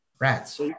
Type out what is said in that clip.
Rats